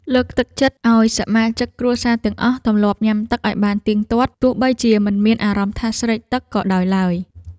លើកទឹកចិត្តឱ្យសមាជិកគ្រួសារទាំងអស់ទម្លាប់ញ៉ាំទឹកឱ្យបានទៀងទាត់ទោះបីជាមិនមានអារម្មណ៍ថាស្រេកទឹកក៏ដោយឡើយ។